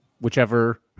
Whichever